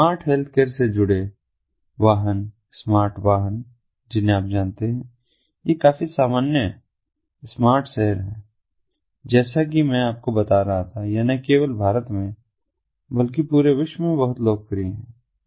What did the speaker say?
d smart healthcare से जुड़े वाहन स्मार्ट वाहन जिन्हें आप जानते हैं ये काफी सामान्य स्मार्ट शहर हैं जैसा कि मैं आपको बता रहा था कि यह न केवल भारत में बल्कि पूरे विश्व में बहुत लोकप्रिय है